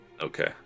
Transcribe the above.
Okay